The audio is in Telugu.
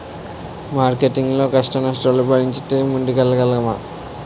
మార్కెటింగ్ లో కష్టనష్టాలను భరించితే ముందుకెళ్లగలం